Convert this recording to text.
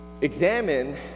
examine